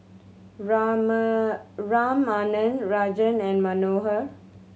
Raman Ramanand Rajan and Manohar